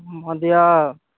महोदया